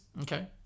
Okay